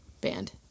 band